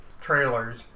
trailers